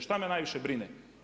Šta me najviše brine?